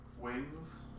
Wings